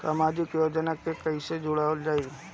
समाजिक योजना से कैसे जुड़ल जाइ?